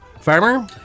Farmer